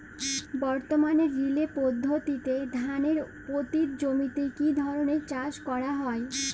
বর্তমানে রিলে পদ্ধতিতে ধানের পতিত জমিতে কী ধরনের চাষ করা হয়?